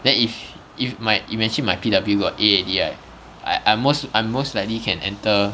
then if if my you mention my P_W got A already right I I most I most likely can enter